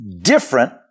different